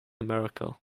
america